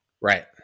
Right